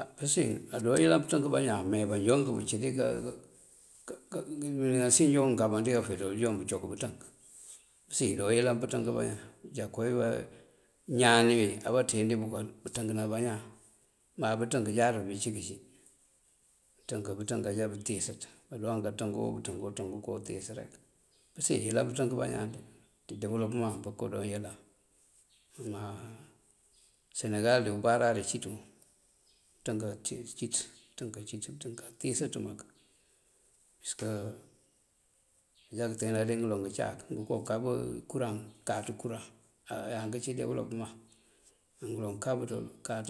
Á pësiyën adoon yëlan pënţënk bañaan me banjoonk bëcí dí nasiyën doonk nëkaban dí kafeţ bukal doon bëcok bënţënk. Pësiyën doon yëlan pënţënk bañaan já kowí bañani wí abá ţeendi dí bukal bënţënkëna bañaan má bëţënk jáaţ buŋ bëcí këcí. Bëţënk, bëţënk ajá bëtíisës badú ank katënkoo bëţënku këţënku kootíis rek. Pësiyën doon yëlan pëţënk bañaan ţí dewëlopëman pëko yëlan má ţí senegal ţí ubaráari cíţ wun bëţënk acíţ, bëţënk acíţ, bëţënk atíis mak. Pasëk ajá këteena dí ngëloŋ ngëcáak ngëko kab kuraŋ káaţ kuraŋ. ayáank cí dewëlopëman? Ngëloŋ kab ţul káaţ